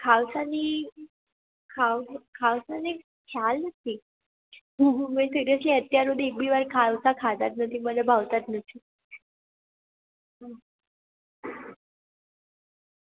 ખાઉસાની ખાઉસાની ખ્યાલ નથી હું મેં સિરિયસલી અત્યાર સુધી એક બી વાર ખાઉસા ખાધા જ નથી મને ભાવતા જ નથી